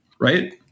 right